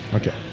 okay?